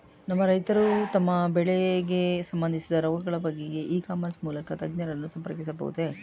ನಮ್ಮ ರೈತರು ತಮ್ಮ ಬೆಳೆಗೆ ಸಂಬಂದಿಸಿದ ರೋಗಗಳ ಬಗೆಗೆ ಇ ಕಾಮರ್ಸ್ ಮೂಲಕ ತಜ್ಞರನ್ನು ಸಂಪರ್ಕಿಸಬಹುದೇ?